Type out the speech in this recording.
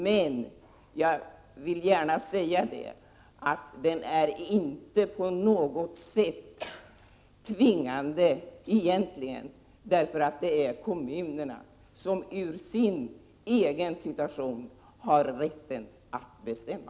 Men, jag vill gärna säga det, den är egentligen inte på något sätt tvingande, för det är kommunerna som på grundval av sin egen situation har rätten att bestämma.